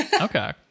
okay